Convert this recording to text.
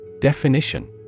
Definition